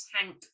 tank